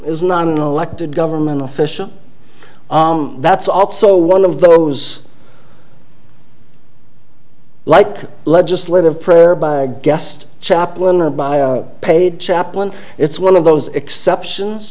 is not an intellect a government official that's also one of those like legislative prayer by a guest chaplain or by a paid chaplain it's one of those exceptions